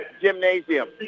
gymnasium